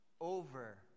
over